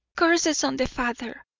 curses on the father,